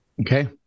Okay